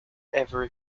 every